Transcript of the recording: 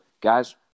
guys